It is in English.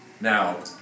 Now